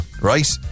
right